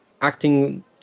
acting